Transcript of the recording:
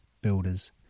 builders